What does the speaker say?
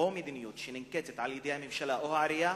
או מדיניות שננקטת על-ידי הממשלה או העירייה